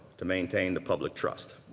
to maintain the public trust.